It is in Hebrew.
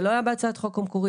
זה לא היה בהצעת החוק המקורית,